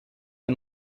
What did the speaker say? and